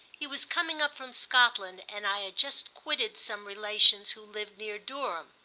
he was coming up from scotland and i had just quitted some relations who lived near durham.